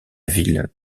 ville